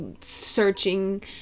searching